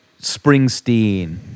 Springsteen